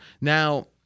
Now